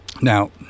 Now